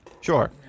Sure